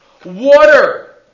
Water